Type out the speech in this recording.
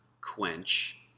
quench